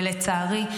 ולצערי,